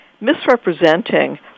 misrepresenting